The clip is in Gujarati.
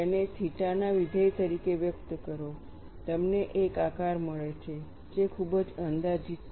તેને થીટા ના વિધેય તરીકે વ્યક્ત કરો તમને એક આકાર મળે છે જે ખૂબ જ અંદાજિત છે